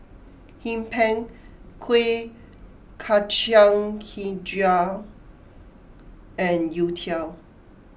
Hee Pan Kuih Kacang HiJau and Youtiao